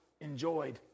enjoyed